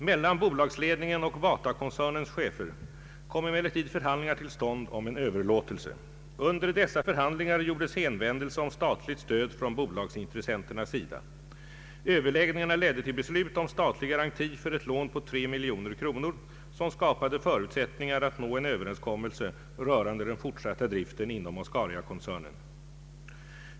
Mellan bolagsledningen och Batakoncernens chefer kom emellertid förhandlingar till stånd om en överlåtelse, Under dessa förhandlingar gjordes hänvändelse om statligt stöd från bolagsintressenternas sida, Överläggningarna ledde till beslut om statlig garanti för ett lån på 3 milj.kr. som skapade förutsättningar att nå en överenskommelse rörande den fortsatta driften inom Oscariakoncernen.